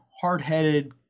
hard-headed